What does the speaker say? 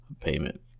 payment